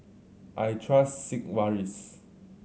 I trust Sigvaris